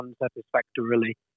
unsatisfactorily